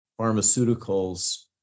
pharmaceuticals